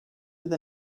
with